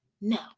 No